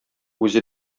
үзе